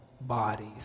bodies